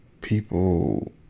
people